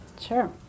Sure